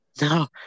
No